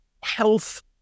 health